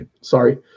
sorry